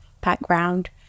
background